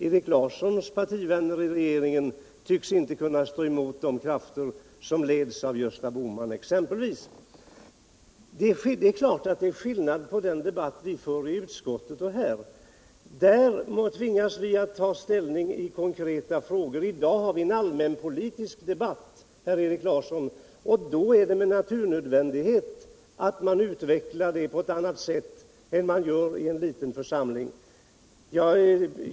Erik Larssons partivänner i regeringen tycks inte kunna stå emot de krafter som leds av exempelvis Gösta Bohman. Självfallet är det skillnad på den debatt vi för i utskottet och den vi för här. I utskottet tvingas vi ta ställning i konkreta frågor. I dag har vi en allmänpolitisk debatt, Erik Larsson. Och då är det naturligt att man utvecklar sig på ett annat sätt än man gör i en liten församling.